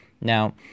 Now